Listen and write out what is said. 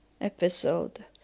episode